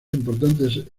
importantes